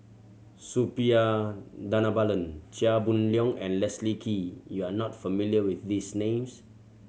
Suppiah Dhanabalan Chia Boon Leong and Leslie Kee you are not familiar with these names